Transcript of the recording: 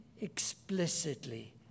explicitly